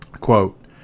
Quote